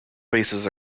bases